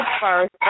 first